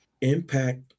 impact